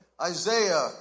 Isaiah